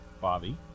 Bobby